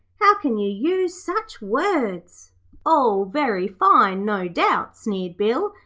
how can you use such words all very fine, no doubt sneered bill,